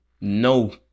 no